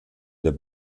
der